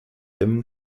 dimmen